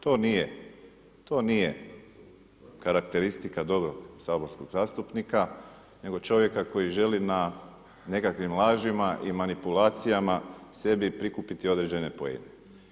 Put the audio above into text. To nije karakteristika dobrog saborskog zastupnika, nego čovjeka koji želi na nekakvim lažima i manipulacijama, sebi prikupiti određene poene.